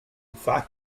fact